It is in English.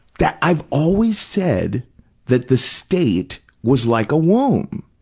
that, i've always said that the state was like a womb,